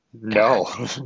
No